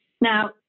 Now